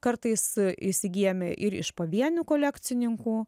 kartais įsigyjame ir iš pavienių kolekcininkų